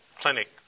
clinic